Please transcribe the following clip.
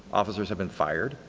officers have been fired,